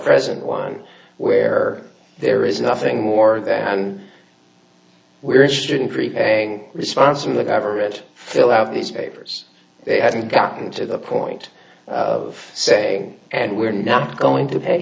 present one where there is nothing more than we're interested in preparing response from the government fill out these papers they hadn't gotten to the point of saying and we're not going to pay